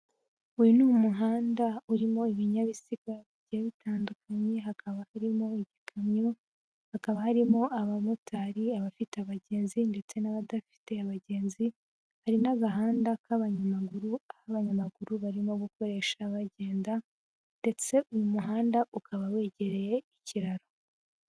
Uyu ni umuhanda urimo ibinyabiziga bigiye bitandukanye. Hakaba harimo igikamyo. Hakaba harimo abamotari, abafite abagenzi ndetse n'abadafite abagenzi. Hari n'agahanda k'abanyamaguru. Aho abanyamaguru barimo gukoresha bagenda. Ndetse uyu muhanda ukaba wegereye ikiraro.